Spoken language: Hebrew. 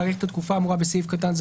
להאריך את התקופה האמורה בסעיף קטן זה